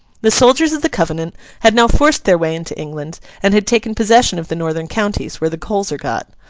the soldiers of the covenant had now forced their way into england and had taken possession of the northern counties, where the coals are got.